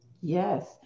Yes